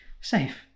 safe